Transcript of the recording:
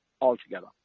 altogether